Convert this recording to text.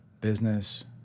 business